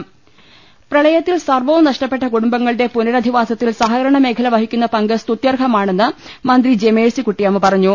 രുമ്പ്പെട്ടിര ട പ്രളയത്തിൽ സർവ്വവും നഷ്ടപ്പെട്ട കുടുംബങ്ങളുടെ പുനരധിവാസ ത്തിൽ സഹകരണ മേഖല വഹിക്കുന്ന പങ്ക് സ്തുത്യർഹമാണെന്ന് മന്ത്രി ജെ മേഴ്സിക്കുട്ടിയമ്മ പറഞ്ഞു